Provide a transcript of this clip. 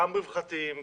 גם רווחתיים,